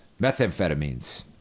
Methamphetamines